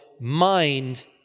mind